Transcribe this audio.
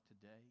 today